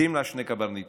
שים לה שני קברניטים,